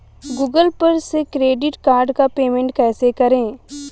Google पर से credit card का पेमेंट कैसे करें?